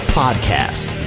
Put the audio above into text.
podcast